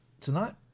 tonight